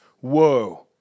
Whoa